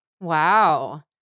Wow